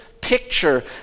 picture